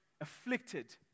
afflicted